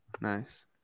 nice